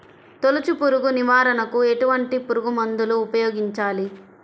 తొలుచు పురుగు నివారణకు ఎటువంటి పురుగుమందులు ఉపయోగించాలి?